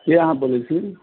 के अहाँ बजै छी